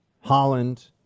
Holland